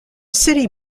city